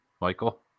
michael